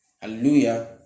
Hallelujah